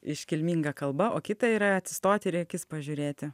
iškilminga kalba o kita yra atsistoti ir į akis pažiūrėti